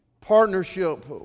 Partnership